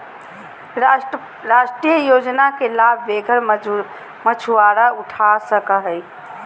राष्ट्रीय योजना के लाभ बेघर मछुवारा उठा सकले हें